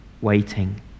waiting